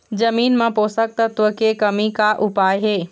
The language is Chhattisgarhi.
जमीन म पोषकतत्व के कमी का उपाय हे?